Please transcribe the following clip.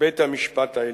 בית-המשפט העליון.